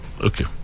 Okay